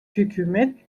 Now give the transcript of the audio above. hükümet